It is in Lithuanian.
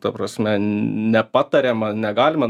ta prasme nepatariama negalima